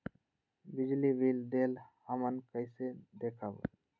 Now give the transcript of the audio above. बिजली बिल देल हमन कईसे देखब?